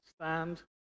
stand